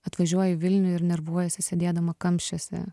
atvažiuoju į vilnių ir nervuojuosi sėdėdama kamščiuose